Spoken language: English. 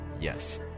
Yes